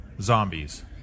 zombies